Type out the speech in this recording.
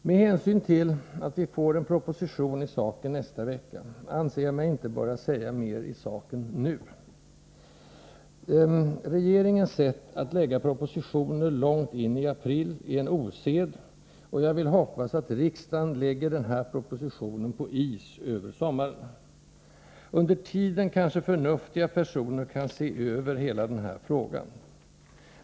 Med hänsyn till att vi får en proposition i frågan nästa vecka, anser jag mig inte böra säga mer i saken nu. Regeringens sätt att lägga fram propositioner långt in i april är en osed, och jag vill hoppas att riksdagen lägger den här propositionen på is över sommaren. Under tiden kanske förnuftiga personer kan se över hela den här frågan.